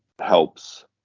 helps